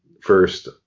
first